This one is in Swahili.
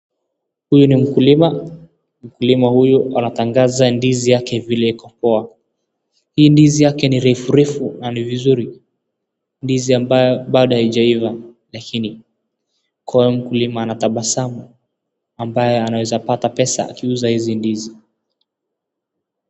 Huyu ni mkulima. Mkulima huyu anatangaza ndizi yake vile iko poa. Hii ndizi yake ni refu refu na ni vizuri. Ndizi bado haijaiva lakini. Mkulima anatabasamu ambaye anaweza pata pesa akiuza hizi ndizi.